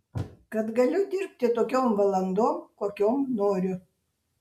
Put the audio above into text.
kad galiu dirbti tokiom valandom kokiom noriu